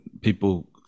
people